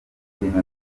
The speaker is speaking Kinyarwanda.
kintu